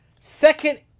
second